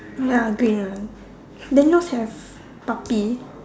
ya green one then yours have puppy